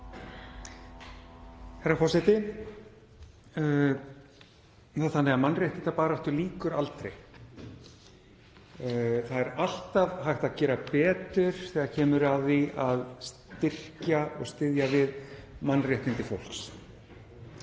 Herra forseti. Það er þannig að mannréttindabaráttu lýkur aldrei. Það er alltaf hægt að gera betur þegar kemur að því að styrkja og styðja við mannréttindi fólks.